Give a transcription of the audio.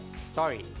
story